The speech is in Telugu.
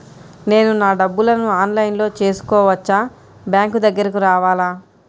నేను నా డబ్బులను ఆన్లైన్లో చేసుకోవచ్చా? బ్యాంక్ దగ్గరకు రావాలా?